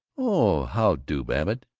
oh! how do, babbitt.